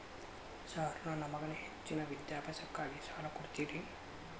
Sir ನನ್ನ ಮಗನ ಹೆಚ್ಚಿನ ವಿದ್ಯಾಭ್ಯಾಸಕ್ಕಾಗಿ ಸಾಲ ಕೊಡ್ತಿರಿ?